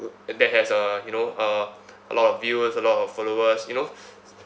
eh that has uh you know uh a lot of viewers a lot of followers you know